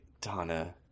Donna